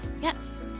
Yes